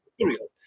material